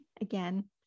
again